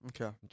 Okay